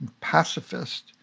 pacifist